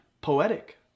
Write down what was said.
poetic